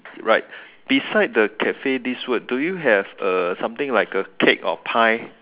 right beside the cafe this word do you have a something like a cake or pie